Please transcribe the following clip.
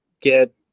get